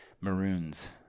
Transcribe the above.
Maroons